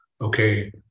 okay